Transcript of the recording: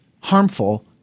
harmful